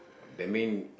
that mean